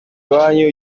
iwanyu